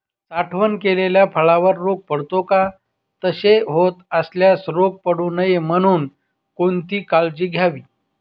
साठवण केलेल्या फळावर रोग पडतो का? तसे होत असल्यास रोग पडू नये म्हणून कोणती काळजी घ्यावी?